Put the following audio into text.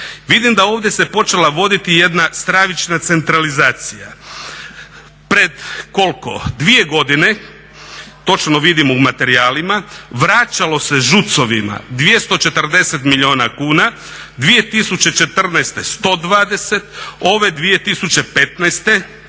Vidim da ovdje se počela voditi jedna stravična centralizacija. Pred, koliko, dvije godine, točno vidimo u materijalima, vraćalo se ZUC-ovima 24 milijuna kuna, 2014. 120, ove 2015.,